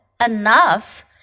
enough